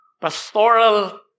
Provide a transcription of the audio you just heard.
Pastoral